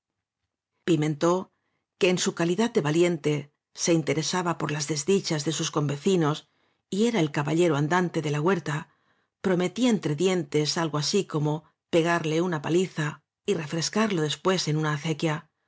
pimentb que en su calidad de valiente se interesaba por las desdichas de sus convecinos y era el caballero andante de la huerta pro metía entre dientes algo así como pegarle una paliza y refrescarlo después en una acequia